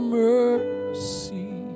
mercy